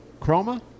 Chroma